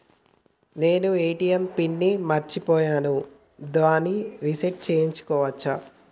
నేను ATM pin ని మరచిపోయాను దాన్ని రీ సెట్ చేసుకోవచ్చా?